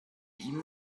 ihm